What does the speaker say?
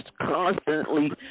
constantly